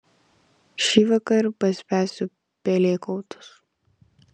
šįvakar paspęsiu pelėkautus